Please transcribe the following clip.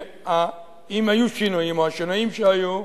שאם היו שינויים, או השינויים שהיו,